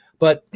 but,